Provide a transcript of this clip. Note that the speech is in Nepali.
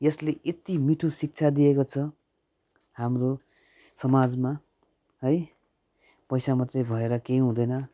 यसले यति मिठो शिक्षा दिएको छ हाम्रो समाजमा है पैसा मात्रै भएर केही हुँदैन